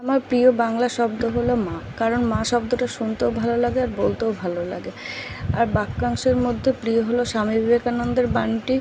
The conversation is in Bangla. আমার প্রিয় বাংলা শব্দ হলো মা কারণ মা শব্দটা শুনতেও ভালো লাগে আর বলতেও ভালো লাগে আর বাক্যাংশের মধ্যে প্রিয় হলো স্বামী বিবেকানন্দের বাণীটি